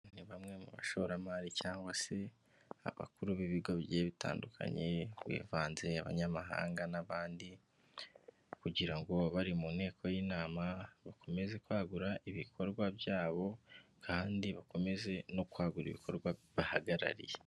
Ni bamwe mu bashoramari cyangwa se abakuru b'ibigo bigiye bitandukanye bivanze abanyamahanga n'abandi kugira ngo bari mu nteko y'inama bakomeze kwagura ibikorwa byabo kandi bakomeze no kwagura ibikorwa bahagarariye.